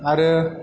आरो